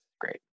great